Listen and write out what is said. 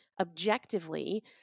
Objectively